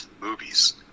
movies